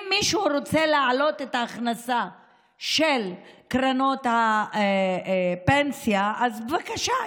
אם מישהו רוצה להעלות את ההכנסה של קרנות הפנסיה אז בבקשה,